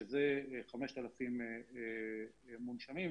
שזה 5,000 מונשמים.